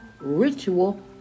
ritual